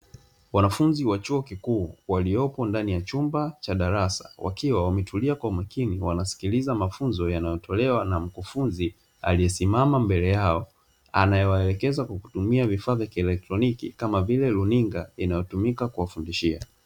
Wanafunzi wa chuo kikuu walioko ndani ya chumba cha darasa wakiwa wametulia kwa makini wanasikiliza mafunzo yanayotolewa na mkufunzi aliyesimama mbele yao, anayewaelekeza kupitia vifaa vya kielektroniki kama vile runinga, inayotumika kuwafundishia.